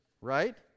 right